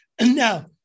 now